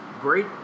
Great